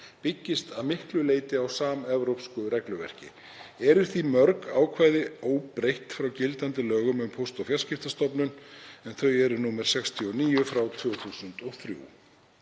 byggist að miklu leyti á samevrópsku regluverki. Eru því mörg ákvæði óbreytt frá gildandi lögum um Póst- og fjarskiptastofnun, en þau eru nr. 69/2003.